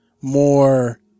more